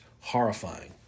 horrifying